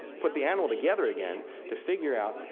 put the animal together again to figure out,